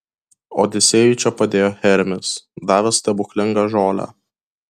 odisėjui čia padėjo hermis davęs stebuklingą žolę